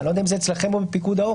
אני לא יודע אם זה אצלכם או בפיקוד העורף.